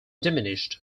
diminished